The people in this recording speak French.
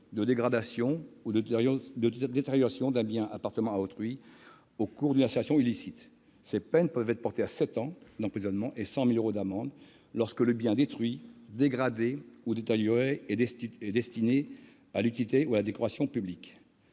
de dégradation ou de détérioration d'un bien appartenant à autrui à l'occasion d'une installation illicite. Ces peines pourraient être portées à sept ans d'emprisonnement et 100 000 euros d'amende lorsque le bien détruit, dégradé ou détérioré est destiné à l'utilité ou à la décoration publique